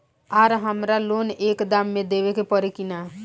आर हमारा लोन एक दा मे देवे परी किना?